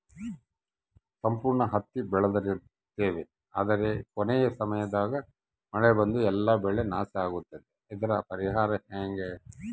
ಸಂಪೂರ್ಣ ಹತ್ತಿ ಬೆಳೆದಿರುತ್ತೇವೆ ಆದರೆ ಕೊನೆಯ ಸಮಯದಾಗ ಮಳೆ ಬಂದು ಎಲ್ಲಾ ಬೆಳೆ ನಾಶ ಆಗುತ್ತದೆ ಇದರ ಪರಿಹಾರ ಹೆಂಗೆ?